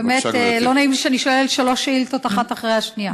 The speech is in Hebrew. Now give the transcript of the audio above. באמת לא נעים שאני שואלת שלוש שאילתות אחת אחרי השנייה.